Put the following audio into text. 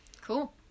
Cool